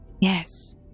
Yes